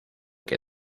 que